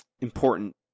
important